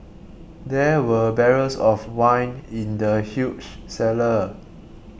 there were barrels of wine in the huge cellar